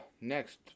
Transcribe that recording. next